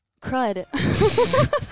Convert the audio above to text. crud